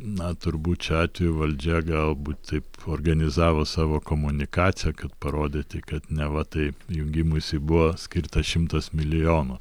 na turbūt šiuo atveju valdžia galbūt taip organizavo savo komunikaciją kad parodyti kad neva tai jungimuisi buvo skirta šimtas milijonų